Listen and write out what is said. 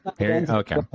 okay